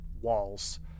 walls